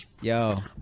yo